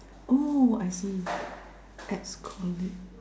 oh I see ex colleague